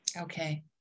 Okay